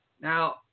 Now